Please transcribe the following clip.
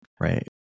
right